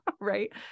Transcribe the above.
right